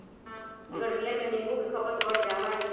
गर्मियन में नींबू के खपत बढ़ जाहई